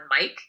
Mike